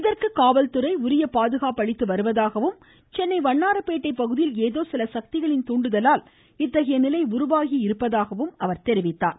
இதற்கு காவல்துறை உரிய பாதுகாப்பு அளித்து வருவதாகவும் சென்னை வண்ணாரப்பேட்டை பகுதியில் ஏதோ சில சக்திகளின் தூண்டுதலால் இத்தகைய நிலை உருவாகியிருப்பதாகவும் அவர் கூறினார்